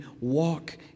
Walk